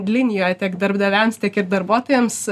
linijoj tiek darbdaviams tiek ir darbuotojams